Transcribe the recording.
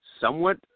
somewhat –